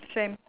same